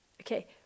Okay